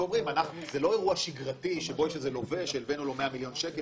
זה לא אירוע שגרתי שבו יש איזה לווה שהלווינו לו 100 מיליון שקל,